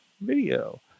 video